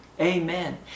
Amen